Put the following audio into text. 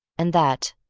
and that,